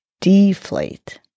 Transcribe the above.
deflate